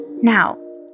Now